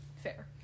fair